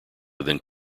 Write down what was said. within